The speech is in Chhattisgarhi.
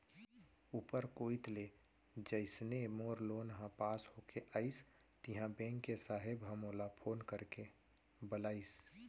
ऊपर कोइत ले जइसने मोर लोन ह पास होके आइस तिहॉं बेंक के साहेब ह मोला फोन करके बलाइस